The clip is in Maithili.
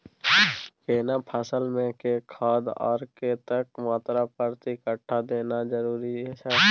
केना फसल मे के खाद आर कतेक मात्रा प्रति कट्ठा देनाय जरूरी छै?